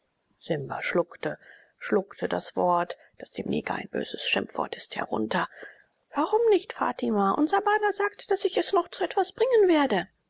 simba schluckte schluckte das wort das dem neger ein böses schimpfwort ist herunter warum nicht fatima unser bana sagt daß ich es noch zu etwas bringen werde